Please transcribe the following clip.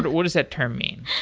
what does that term mean?